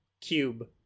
cube